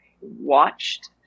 watched